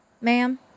Ma'am